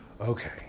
Okay